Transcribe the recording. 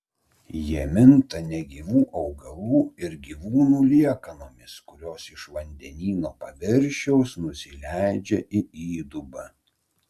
jie minta negyvų augalų ir gyvūnų liekanomis kurios iš vandenyno paviršiaus nusileidžia į įdubą